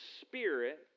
Spirit